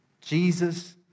Jesus